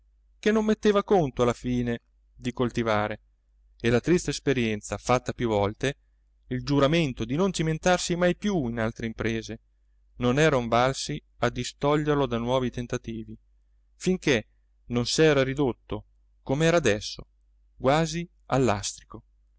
che non metteva conto alla fine di coltivare e la triste esperienza fatta più volte il giuramento di non cimentarsi mai più in altre imprese non eran valsi a distoglierlo da nuovi tentativi finché non s'era ridotto com'era adesso quasi al lastrico